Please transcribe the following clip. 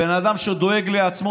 בן אדם שדואג לעצמו.